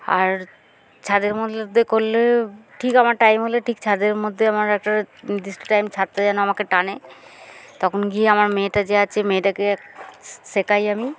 আর ছাদের মধ্যে করলে ঠিক আমার টাইম হলে ঠিক ছাদের মধ্যে আমার একটা নির্দিষ্ট টাইম ছাদটা যেন আমাকে টানে তখন গিয়ে আমার মেয়েটা যে আছে মেয়েটাকে শেখাই আমি